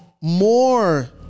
more